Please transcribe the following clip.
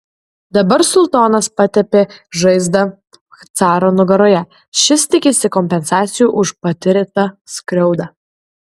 dabar sultonas patepė žaizdą caro nugaroje šis tikisi kompensacijų už patirtą skriaudą